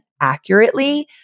accurately